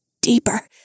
Deeper